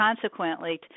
consequently